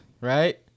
right